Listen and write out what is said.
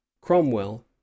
Cromwell